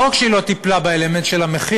לא רק שהיא לא טיפלה באלמנט של המחיר,